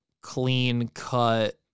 clean-cut